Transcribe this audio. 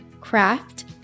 craft